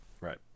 Right